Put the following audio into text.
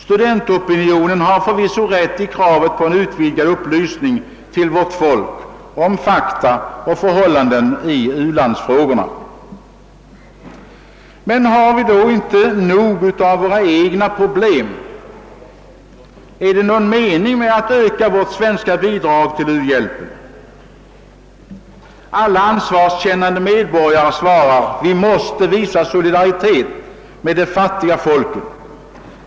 Studentopinionen har förvisso rätt i kravet på en utvidgad upplysning till vårt folk om fakta och förhållanden i u-landsfrågorna. Men har vi då inte nog av våra egna problem? Är det någon mening med att öka vårt svenska bidrag till u-hjälpen? Alla ansvarskännande medborgare svarar: Vi måste visa solidaritet med de fattiga folken.